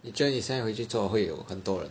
你觉得你现在回去做会有很多人